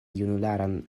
junularan